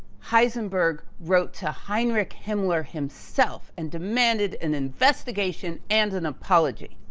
heisenberg wrote to heinrich himmler himself and demanded an investigation and an apology.